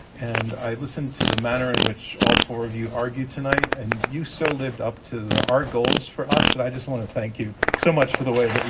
and i listened to the manner in which all four of you argued tonight, and you so lived up to our goals for us that i just want to thank you so much for the way